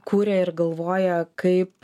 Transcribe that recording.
kuria ir galvoja kaip